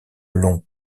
longs